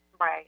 Right